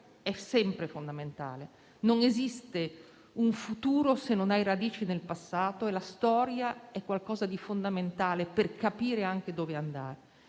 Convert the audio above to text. è sempre fondamentale: non esiste un futuro se non hai radici nel passato, e la storia è qualcosa di fondamentale per capire anche dove andare.